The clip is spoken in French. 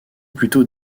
plutôt